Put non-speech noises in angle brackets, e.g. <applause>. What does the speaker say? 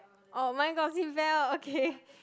oh mine got seatbelt okay <laughs>